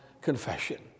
confession